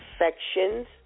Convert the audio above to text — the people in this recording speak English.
infections